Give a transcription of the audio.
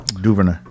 Duvernay